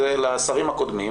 זה לשרים הקודמים,